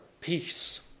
peace